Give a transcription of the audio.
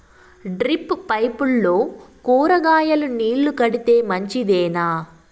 Drip పైపుల్లో కూరగాయలు నీళ్లు కడితే మంచిదేనా?